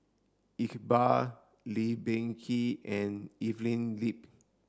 Iqbal Lee Peh Gee and Evelyn Lip